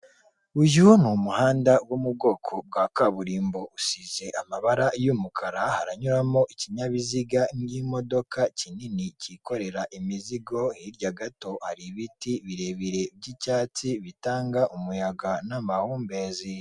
Uyu n'umuhanda wo mu bwoko bwa kaburimbo usize amabara y'umukara haranyuramo ikinyabiziga nk'imodoka kinini cyikorera imizigo hirya gato hari ibiti birebire by'icyatsi bitanga umuyaga n'amahumbezi.